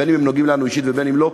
בין שהן נוגעות לנו אישית ובין שלא,